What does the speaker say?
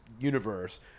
universe